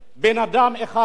בן-אדם אחד,